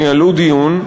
ניהלו דיון,